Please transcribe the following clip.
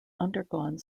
undergone